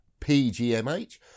pgmh